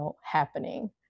happening